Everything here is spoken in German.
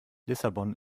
lissabon